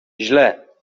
źle